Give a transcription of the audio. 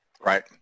Right